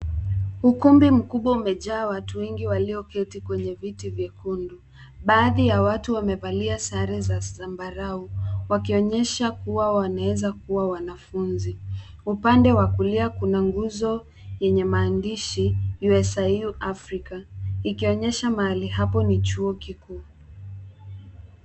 Ukumbi mkubwa umejaa watu wengi walioketi kwenye viti vyekundu. Baadhi ya watu wamevalia sare za zambarau wakionyesha kuwa wanaweza kuwa wanafunzi. Upande wa kulia kuna nguzo yenye maandishi USIU Africa ikionyesha mahali hapo ni chuo kikuu.